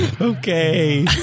Okay